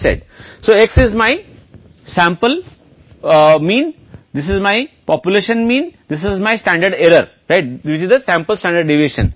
अब अपने Z मान को कैसे मानें परिकलित मान महत्वपूर्ण मान से अधिक कहने देता है